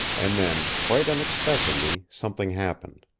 and then, quite unexpectedly, something happened.